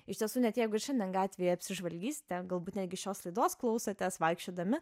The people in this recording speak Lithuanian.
iš tiesų net jeigu šiandien gatvėje apsižvalgysite galbūt netgi šios laidos klausotės vaikščiodami